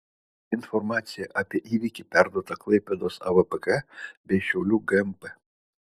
informacija apie įvykį perduota klaipėdos avpk bei šiaulių gmp